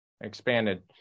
expanded